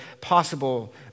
possible